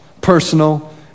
personal